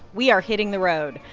we are hitting the road.